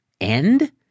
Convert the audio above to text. end